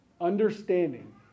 understanding